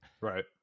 right